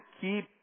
keep